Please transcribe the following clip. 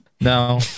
No